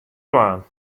dwaan